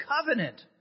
covenant